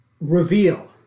reveal